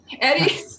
Eddie